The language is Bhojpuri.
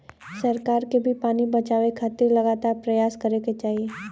सरकार के भी पानी बचावे खातिर लगातार परयास करे के चाही